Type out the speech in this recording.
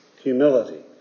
humility